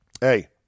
Hey